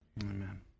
Amen